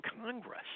Congress